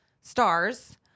stars